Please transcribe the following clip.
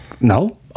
No